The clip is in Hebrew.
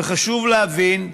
וחשוב להבין: